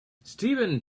steven